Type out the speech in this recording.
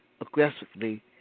aggressively